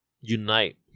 unite